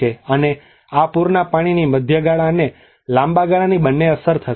અને આ પૂરના પાણીની મધ્ય ગાળા અને લાંબા ગાળાની બંને અસર થશે